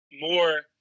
more